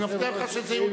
אני מבטיח לך שנצביע על זה.